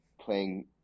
playing